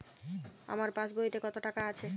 আমার পাসবইতে কত টাকা আছে?